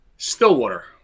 Stillwater